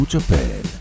Japan